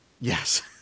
yes